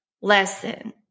lesson